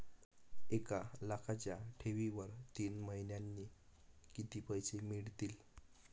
एक लाखाच्या ठेवीवर तीन महिन्यांनी किती पैसे मिळतील?